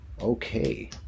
Okay